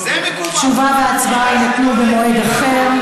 תשובה והצבעה יינתנו במועד אחר.